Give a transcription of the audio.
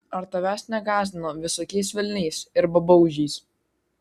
ar tavęs negąsdino visokiais velniais ir babaužiais